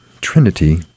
Trinity